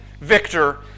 Victor